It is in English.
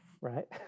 right